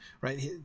right